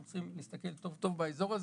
אנחנו צריכים להסתכל טוב טוב באזור הזה,